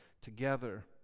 together